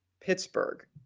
Pittsburgh